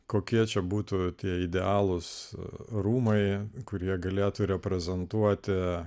kokie čia būtų tie idealūs rūmai kurie galėtų reprezentuoti